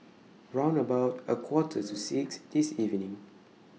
round about A Quarter to six This evening